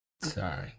Sorry